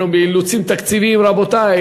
אנחנו באילוצים תקציביים רבותי,